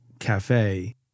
Cafe